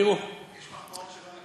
תראו, יש מחמאות שלא,